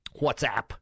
WhatsApp